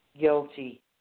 guilty